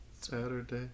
Saturday